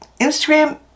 Instagram